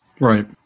Right